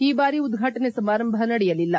ಈ ಬಾರಿ ಉದ್ಘಾಟನೆ ಸಮಾರಂಭ ನಡೆಯಲಿಲ್ಲ